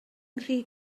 nghri